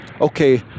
Okay